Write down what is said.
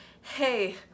hey